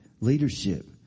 leadership